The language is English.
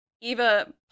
Eva